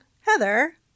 Heather